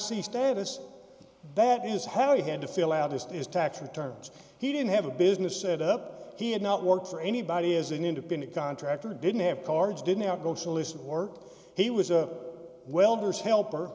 see status that is how he had to fill out his is tax returns he didn't have a business set up he had not worked for anybody as an independent contractor didn't have cards did not go solicit work he was a welders helper